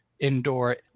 Indoor